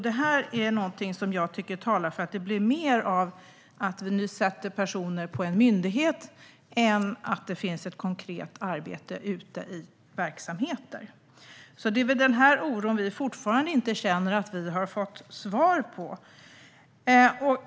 Det talar för att det blir mer av att placera personer på en myndighet än att det görs ett konkret arbete ute i verksamheterna. Denna oro har vi fortfarande inte fått något svar på.